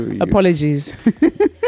apologies